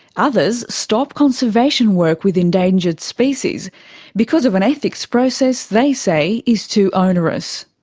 others stop conservation work with endangered species because of an ethics process they say is too onerous.